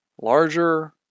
larger